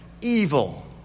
Evil